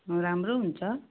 राम्रो हुन्छ